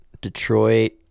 Detroit